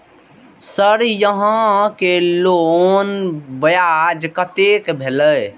Sir यहां के loan ब्याज कतेक भेलेय?